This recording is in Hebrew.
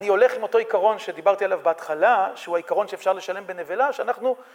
אני הולך עם אותו עיקרון שדיברתי עליו בהתחלה, שהוא העיקרון שאפשר לשלם בנבלה, שאנחנו...